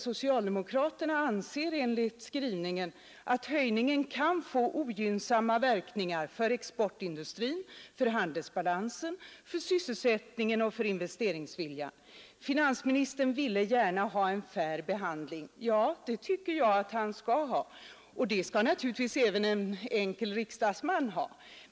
Socialdemokraterna anser ju ändå enligt utskottets skrivning att höjningen kan få ogynnsamma verkningar för exportindustrin, för handelsbalansen, för sysselsättningen och för investeringsviljan. Finansministern ville gärna ha en fair behandling. Ja, det tycker jag att han skall ha, och det skall naturligtvis även en enkel riksdagsman ha.